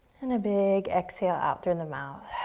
and a big exhale out through the mouth.